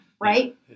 Right